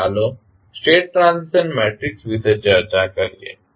હવે ચાલો state transition સમીકરણ વિશે ચર્ચા કરીએ